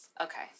Okay